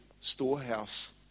storehouse